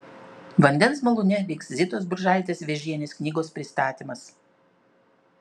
vandens malūne vyks zitos buržaitės vėžienės knygos pristatymas